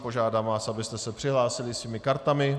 Požádám vás, abyste se přihlásili svými kartami.